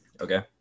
Okay